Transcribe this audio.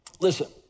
Listen